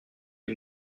des